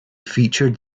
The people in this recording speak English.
featured